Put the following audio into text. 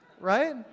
Right